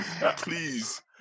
Please